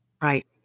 Right